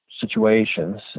situations